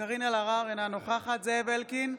קארין אלהרר, אינה נוכחת זאב אלקין,